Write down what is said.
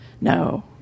No